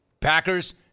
Packers